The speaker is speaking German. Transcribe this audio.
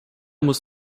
muss